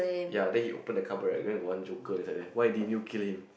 ya then he open the cupboard right then got one Joker inside there why didn't you kill him